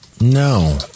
No